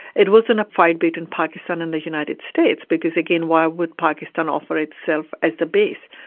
it wasn't a fight between pakistan and the united states, because again, why would pakistan offer itself as the base?